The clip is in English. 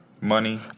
Money